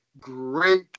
Great